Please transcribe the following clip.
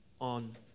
on